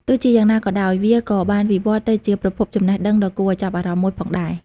ទោះជាយ៉ាងណាក៏ដោយ វាក៏បានវិវត្តទៅជាប្រភពចំណេះដឹងដ៏គួរឲ្យចាប់អារម្មណ៍មួយផងដែរ។